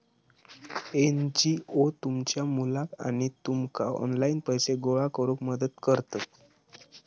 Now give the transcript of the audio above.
NGO तुमच्या मुलाक आणि तुमका ऑनलाइन पैसे गोळा करूक मदत करतत